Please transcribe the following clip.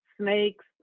snakes